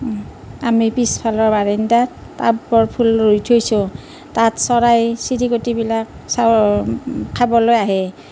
আমি পিছফালৰ টাবত ফুল ৰুই থৈছোঁ তাত চৰাই চিৰিকটিবিলাক খাবলৈ আহে